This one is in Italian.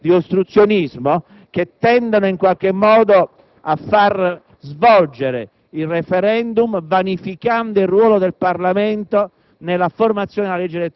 più o meno occulte di ostruzionismo che tendano, in qualche modo, a far svolgere il *referendum*, vanificando il ruolo del Parlamento